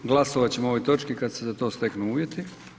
Glasovat ćemo o ovoj točki kad se za to steknu uvjeti.